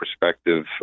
perspective